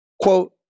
quote